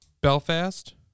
Belfast